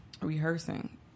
rehearsing